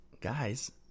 guys